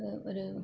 അത് ഒരു